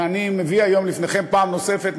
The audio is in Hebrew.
שאני מביא היום לפניכם פעם נוספת,